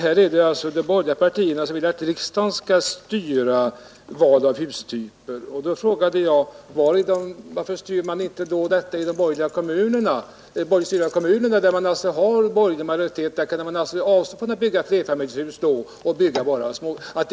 Här är det de borgerliga partierna som vill att riksdagen skall styra valet av hustyper. Da frågade jag varför man inte styr detta i de kommuner där man har borgerlig majoritet. Där kunde man avsta fran att bygga flerfamiljshus och bara bygga små i stället.